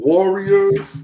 Warriors